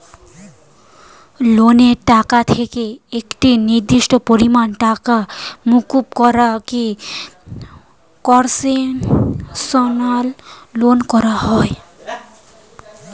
লোনের টাকা থেকে একটি নির্দিষ্ট পরিমাণ টাকা মুকুব করা কে কন্সেশনাল লোন বলা হয়